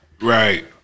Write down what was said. Right